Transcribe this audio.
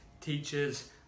teachers